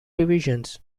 divisions